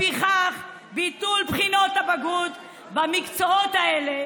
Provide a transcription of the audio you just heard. לפיכך, ביטול בחינות הבגרות במקצועות האלה